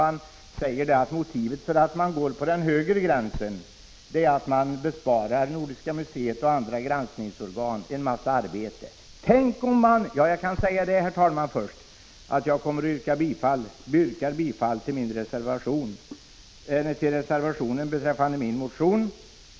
Man säger att motivet för att gå på den högre gränsen är att man besparar Nordiska museet och andra granskningsorgan en hel del arbete. Jag yrkar bifall till reservation 3.